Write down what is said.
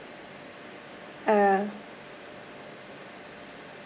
uh